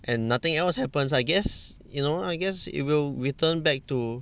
and nothing else happens I guess you know I guess it will return back to